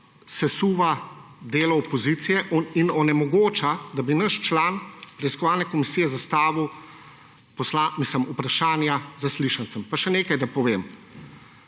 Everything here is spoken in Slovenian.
sesuva delo opozicije in onemogoča, da bi naš član preiskovalne komisije zastavil vprašanja zaslišancem. Pa še nekaj, da povem.